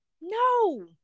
No